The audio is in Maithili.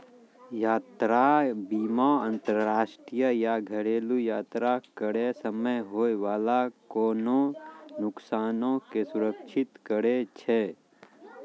यात्रा बीमा अंतरराष्ट्रीय या घरेलु यात्रा करै समय होय बाला कोनो नुकसानो के सुरक्षित करै छै